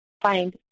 find